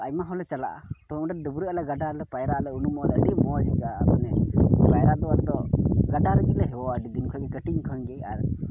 ᱟᱭᱢᱟ ᱦᱚᱲᱞᱮ ᱪᱟᱞᱟᱜᱼᱟ ᱛᱳ ᱚᱸᱰᱮ ᱰᱟᱹᱵᱽᱨᱟᱜ ᱟᱞᱮ ᱜᱟᱰᱟ ᱨᱮᱞᱮ ᱯᱟᱭᱨᱟᱜ ᱟᱞᱮ ᱩᱱᱩᱢᱚᱜᱼᱟ ᱞᱮ ᱟᱹᱰᱤ ᱢᱚᱡᱽ ᱟᱹᱭᱠᱟᱹᱜᱼᱟ ᱯᱟᱭᱨᱟᱜ ᱫᱚ ᱜᱟᱰᱟ ᱨᱮᱜᱮ ᱦᱮᱣᱟ ᱟᱹᱰᱤ ᱫᱤᱱ ᱠᱷᱚᱱᱜᱮ ᱠᱟᱹᱴᱤᱡ ᱠᱷᱚᱱ ᱜᱮ ᱟᱨ